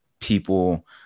people